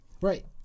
Right